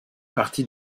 partie